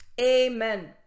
Amen